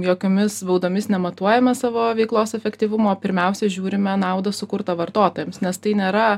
jokiomis baudomis nematuojame savo veiklos efektyvumo pirmiausia žiūrime naudą sukurtą vartotojams nes tai nėra